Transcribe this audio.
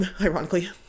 ironically